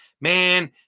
Man